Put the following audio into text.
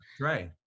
right